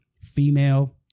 female